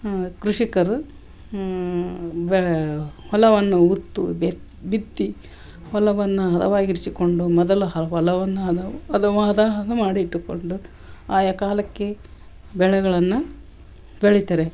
ಕೃಷಿಕರು ಹೂಂ ಬೆಳೆ ಹೊಲವನ್ನು ಉತ್ತು ಬೆತ್ ಬಿತ್ತಿ ಹೊಲವನ್ನು ಹದವಾಗಿರಿಸಿಕೊಂಡು ಮೊದಲು ಹ ಹೊಲವನ್ನು ಅದಾವು ಹದವಾದ ಅದು ಮಾಡಿಟ್ಟುಕೊಂಡು ಆಯಾ ಕಾಲಕ್ಕೆ ಬೆಳೆಗಳನ್ನು ಬೆಳಿತಾರೆ